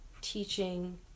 teaching